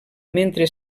mentre